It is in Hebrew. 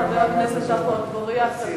חבר הכנסת עפו אגבאריה.